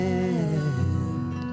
end